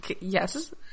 yes